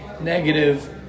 negative